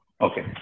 Okay